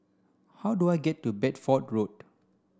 how do I get to Bedford Road